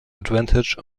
advantage